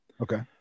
okay